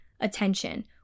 attention